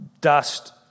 dust